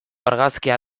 argazkia